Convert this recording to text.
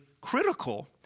critical